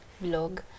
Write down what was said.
blog